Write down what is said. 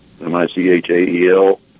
M-I-C-H-A-E-L